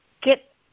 get